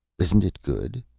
isn't it good?